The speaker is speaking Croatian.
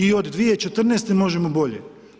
I od 2014. možemo bolje.